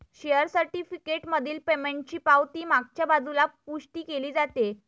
share certificate मधील पेमेंटची पावती मागच्या बाजूला पुष्टी केली जाते